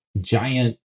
giant